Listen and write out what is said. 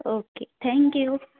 okay thank you